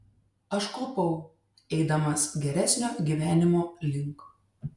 aš klupau eidamas geresnio gyvenimo link